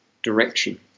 direction